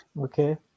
Okay